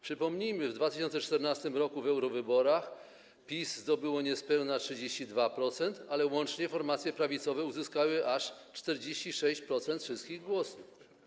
Przypomnijmy: w 2014 r. w eurowyborach PiS zdobyło niespełna 32%, ale łącznie formacje prawicowe uzyskały aż 46% wszystkich głosów.